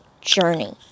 journey